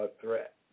threat